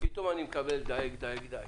פתאום אני מקבל דייג, דייג, דייג.